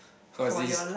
how's this